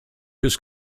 his